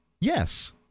yes